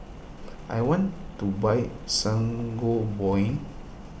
I want to buy Sangobion